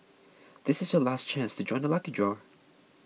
this is your last chance to join the lucky draw